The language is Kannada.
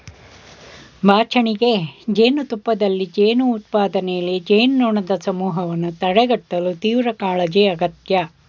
ಬಾಚಣಿಗೆ ಜೇನುತುಪ್ಪದಲ್ಲಿ ಜೇನು ಉತ್ಪಾದನೆಯಲ್ಲಿ, ಜೇನುನೊಣದ್ ಸಮೂಹನ ತಡೆಗಟ್ಟಲು ತೀವ್ರಕಾಳಜಿ ಅಗತ್ಯ